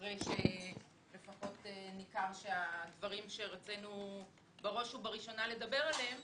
אחרי שניכר שהדברים שרצינו בראש ובראשונה לדבר עליהם